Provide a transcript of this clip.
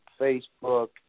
Facebook